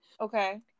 Okay